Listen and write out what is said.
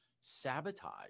sabotage